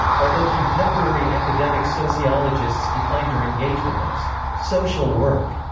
although contemporary academic sociologists defined her engagement as social work,